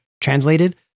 translated